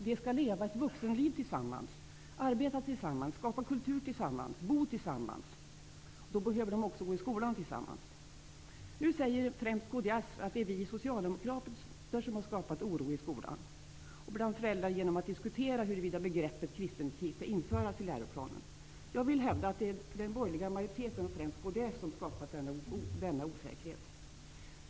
De skall leva ett vuxenliv tillsammans, arbeta tillsammans, skapa kultur tillsammans och bo tillsammans. Då behöver de också gå i skolan tillsammans. Nu säger främst kds att det är vi socialdemokrater som har skapat oro i skolorna och bland föräldrar genom att diskutera huruvida begreppet ''kristen etik'' skall införas i läroplanen. Jag vill hävda att det är den borgerliga majoriteten och främst kds som skapat denna osäkerhet.